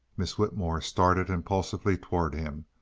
miss whitmore started impulsively toward him.